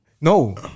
No